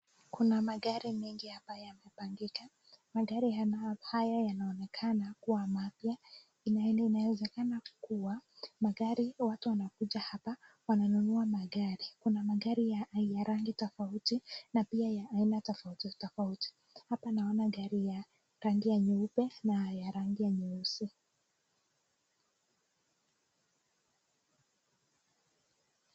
Kuna magari mengi hapa yamepangika, magari haya yanaonekana kuwa mapya. Inawezekana kuwa watu wanakuja hapa wananua magari, kuna magari ya aina rangi tofauti na pia ya aina tofauti tofauti. Hapa naona gari ya rangi ya nyeupe na ya rangi ya nyeusi.